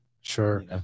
Sure